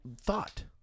thought